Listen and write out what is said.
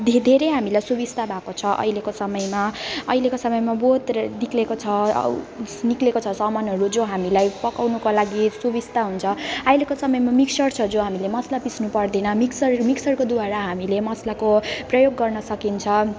धेरै धेरै हामीलाई सुविस्ता भएको छ अहिलेको समयमा अहिलेको समयमा बहुत र निस्किएको छ अ निस्किएको छ सामानहरू जो हामीलाई पकाउनुको लागि सुविस्ता हुन्छ अहिलेको समयमा मिक्सर छ जो हामीले मसला पिस्नु पर्दैन मिक्सर मिक्सरको द्वारा हामीले मसलाको प्रयोग गर्न सकिन्छ